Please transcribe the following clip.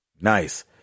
Nice